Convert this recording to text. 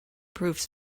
proofs